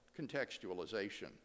Contextualization